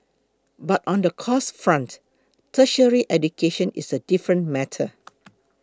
but on the costs front tertiary education is a different matter